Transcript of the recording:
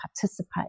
participate